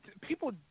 people